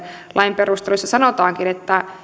lain perusteluissa sanotaankin että